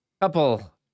couple